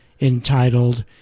entitled